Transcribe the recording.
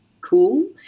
cool